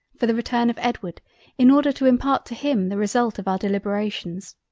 for the return of edward in order to impart to him the result of our deliberations.